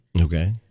Okay